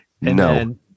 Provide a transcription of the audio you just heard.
No